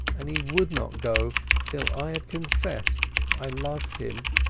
and he would not go till i had confessed i loved him.